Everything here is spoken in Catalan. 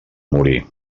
morir